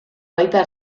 baita